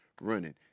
running